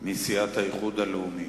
מסיעת האיחוד הלאומי.